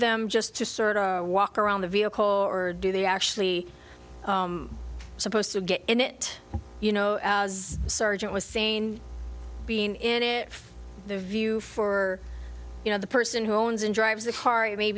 them just to sort of walk around the vehicle or do they actually supposed to get in it you know as the sergeant was sane being in it for the view for you know the person who owns and drives the car you may